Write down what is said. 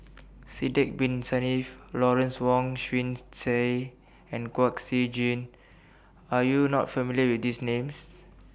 Sidek Bin Saniff Lawrence Wong Shyun Tsai and Kwek Siew Jin Are YOU not familiar with These Names